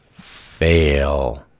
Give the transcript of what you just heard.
fail